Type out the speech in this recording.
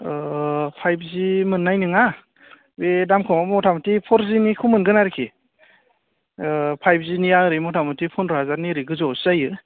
ओ फाइब जि मोननाय नङा बे दाम खमाव मथा मथि फर जिनिखौ मोनगोन आरोखि ओ फाइबजिनिया ओरै मथा मथि फन्द्र' हाजारनि ओरै गोजौआवसो जायो